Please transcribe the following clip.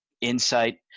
insight